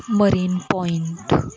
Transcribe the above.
marine point